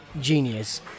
Genius